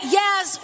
yes